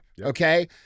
okay